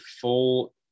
full